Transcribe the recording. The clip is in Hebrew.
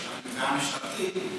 התביעה המשטרתית,